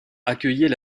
accueillait